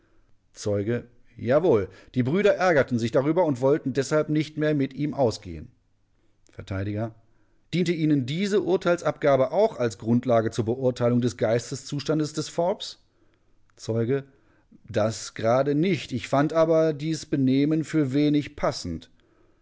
zeuge jawohl die brüder ärgerten sich darüber und wollten deshalb nicht mehr mit ihm ausgehen vert diente ihnen diese urteilsabgabe auch als grundlage zur beurteilung des geisteszustandes des forbes zeuge das gerade nicht ich fand aber dies benehmen für wenig passend